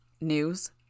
News